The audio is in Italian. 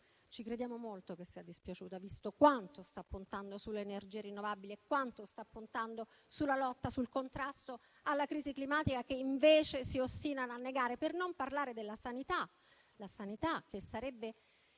Ci crediamo molto che sia dispiaciuta, visto quanto sta puntando sulle energie rinnovabili e quanto sta puntando sul contrasto alla crisi climatica, che invece si ostinano a negare. Tutto questo per non parlare della sanità, che sarebbe